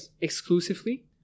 Exclusively